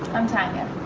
i'm tonya.